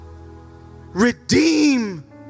redeem